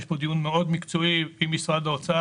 יש פה דיון מאוד מקצועי עם משרד האוצר,